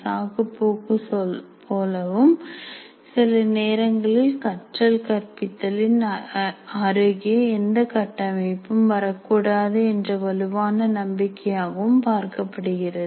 சாக்குப்போக்கு போலவும் சில நேரங்களில் கற்றல் கற்பித்தல் இன் அருகே எந்த கட்டமைப்பும் வரக்கூடாது என்ற வலுவான நம்பிக்கையாகவும் பார்க்கப்படுகிறது